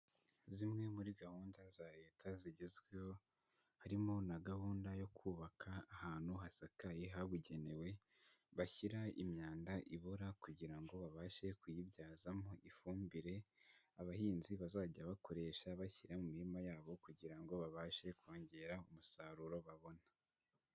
zimwe muri gahunda za leta zigezweho harimo na gahunda yo kubaka ahantu hasakaye habugenewe bashyira imyanda ibora kugira ngo babashe kuyibyazamo ifumbire abahinzi bazajya bakoresha bashyira mu mirima yabo kugira ngo babashe kongera umusaruro babona.